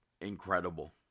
incredible